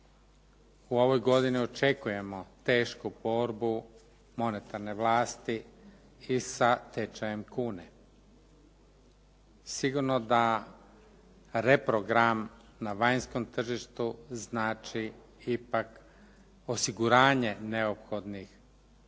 U ovoj godini očekujemo tešku borbu monetarne vlasti i sa tečajem kune. Sigurno da reprogram na vanjskom tržištu znači ipak osiguranje neophodnih